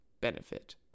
benefit